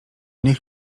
niech